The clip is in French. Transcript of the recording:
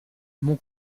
mon